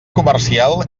comercial